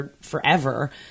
forever